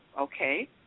Okay